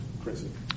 prison